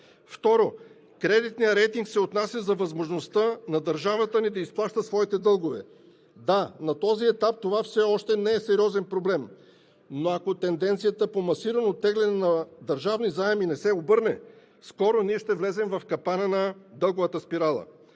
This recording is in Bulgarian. Второ, кредитният рейтинг се отнася за възможността на държавата ни да изплаща своите дългове. Да, на този етап това все още не е сериозен проблем, но ако тенденцията по масирано теглене на държавни заеми не се обърне, скоро ние ще влезем в капана на дълговата спирала.